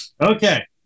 Okay